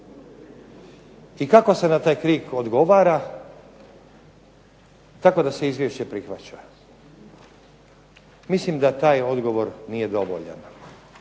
I kako se na taj krik odgovora? Tako da se izvješće prihvaća. Mislim da taj odgovor nije dovoljan.